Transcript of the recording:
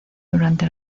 durante